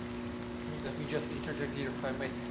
let me let me just interject here if i may,